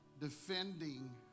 Defending